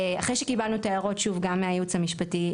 אחרי שקיבלנו את ההערות גם מהייעוץ המשפטי,